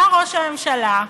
בא ראש הממשלה ואומר: